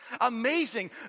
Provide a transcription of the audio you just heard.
amazing